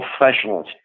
professionals